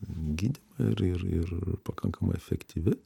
gydymą ir ir ir pakankamai efektyvi